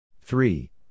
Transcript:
three